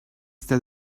that